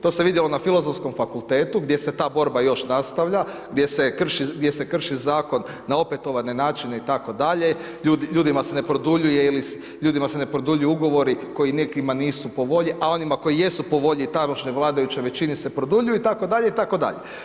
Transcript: To se vidjelo na Filozofskom fakultetu gdje se ta borba još nastavlja gdje se krši zakon na opetovane načine itd., ljudima se ne produljuje, ljudima se ne produljuju ugovori koji nekima nisu po volji, a onima koji jesu po volji tamošnjoj vladajućoj većini se produljuju itd., itd.